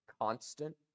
constant